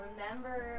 Remember